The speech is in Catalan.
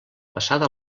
passada